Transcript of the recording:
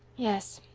yes,